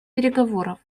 переговоров